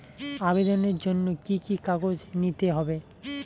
আবেদনের জন্য কি কি কাগজ নিতে হবে?